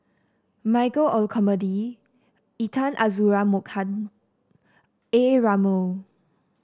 Michael Olcomendy Intan Azura Mokhtar A Ramli